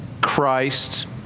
Christ